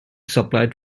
supplied